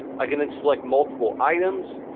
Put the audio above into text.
i can then select multiple items,